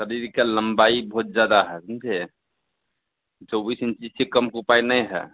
सभी भी का लंबाई बहुत ज्यादा है समझे चौबीस इंची से कम हो पाए नहीं है